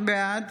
בעד